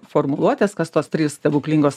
formuluotės kas tos trys stebuklingos